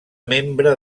membre